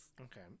Okay